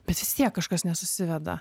bet vis tiek kažkas nesusiveda